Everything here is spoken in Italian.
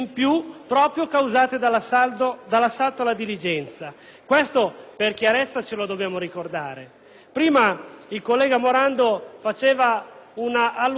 Prima il collega Morando faceva un'allusione all'eventuale irregolarità del bilancio.